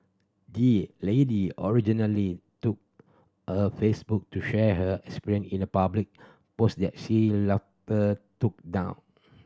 the lady originally took a Facebook to share her experience in a public post that she took down